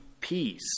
peace